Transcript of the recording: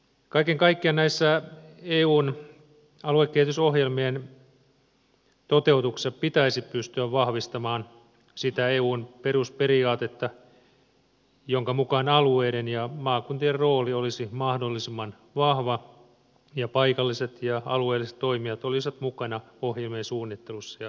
kaiken kaikkiaan näissä eun aluekehitysohjelmien toteutuksissa pitäisi pystyä vahvistamaan sitä eun perusperiaatetta jonka mukaan alueiden ja maakuntien rooli olisi mahdollisimman vahva ja paikalliset ja alueelliset toimijat olisivat mukana ohjelmien suunnittelussa ja toimeenpanoissa